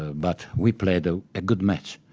but we played ah a good match.